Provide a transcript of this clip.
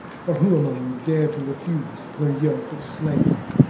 for who among you dared to refuse the yoke of slavery?